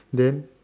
then